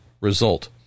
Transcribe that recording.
result